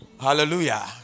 Hallelujah